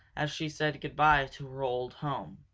as she said good-by to her old home.